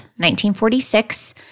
1946